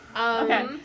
Okay